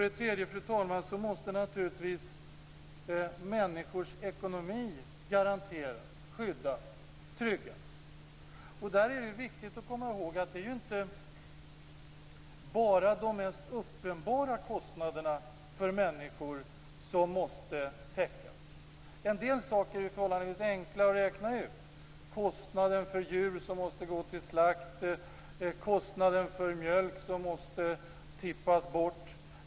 Det tredje är, fru talman, att människors ekonomi måste garanteras, skyddas och tryggas. Där är det viktigt att komma ihåg att det inte bara är de mest uppenbara kostnaderna för människor som måste täckas. En del saker är förhållandevis enkla att räkna ut: kostnaden för djur som måste gå till slakt, kostnaden för mjölk som måste tippas bort.